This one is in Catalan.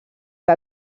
que